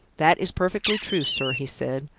that is perfectly true, sir, he said.